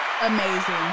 amazing